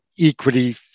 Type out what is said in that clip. equally